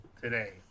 today